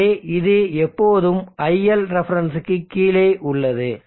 எனவே இது எப்போதும் iLref க்கு கீழே உள்ளது